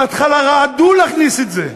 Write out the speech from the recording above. בהתחלה רעדו להכניס את זה: